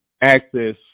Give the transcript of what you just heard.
access